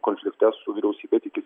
konflikte su vyriausybe tikisi